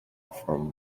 from